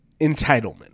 entitlement